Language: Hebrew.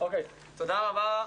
תודה רבה.